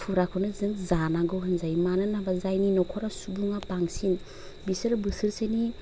फुराखौनो जों जानांगौ होनजायो मानोना होमबा जायनि नखराव सुबुङा बांसिन बिसोरो बोसोरसेनि